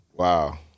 Wow